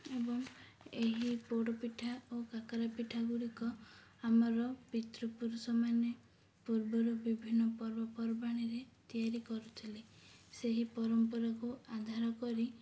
ଏବଂ ଏହି ପୋଡ଼ ପିଠା ଓ କାକରା ପିଠା ଗୁଡ଼ିକ ଆମର ପିତୃପୁରୁଷ ମାନେ ପୂର୍ବରୁ ବିଭିନ୍ନ ପର୍ବପର୍ବାଣିରେ ତିଆରି କରୁଥିଲେ ସେହି ପରମ୍ପରାକୁ ଆଧାର କରି